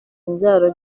imbyaro